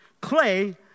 Clay